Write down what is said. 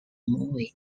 movie